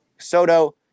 Soto